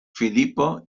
filipo